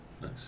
nice